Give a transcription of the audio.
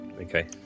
okay